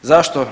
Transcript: Zašto?